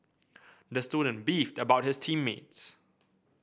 the student beefed about his team mates